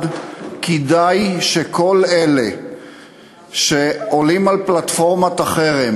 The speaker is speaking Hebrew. כדאי שכל אלה שעולים על פלטפורמת החרם,